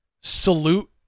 salute